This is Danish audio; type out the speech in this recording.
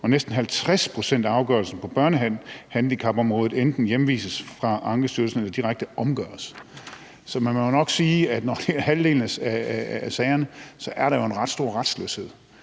og næsten 50 pct. af afgørelserne på børnehandicapområdet enten hjemvises fra Ankestyrelsen eller direkte omgøres. Så man må jo nok sige, at der på det område, når det er halvdelen af sagerne, en ret stor retsløshed.